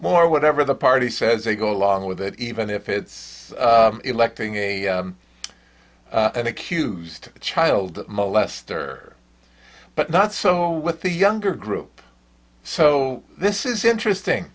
more whatever the party says they go along with it even if it's electing a accused child molester but not some with the younger group so this is interesting